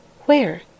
Where